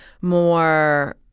more